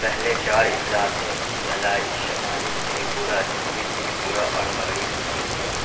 پہلے چار اضلاع تھے دھلائی شمالی تریپورہ جنوبی تریپورہ اور مغربی تریپورہ